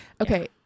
Okay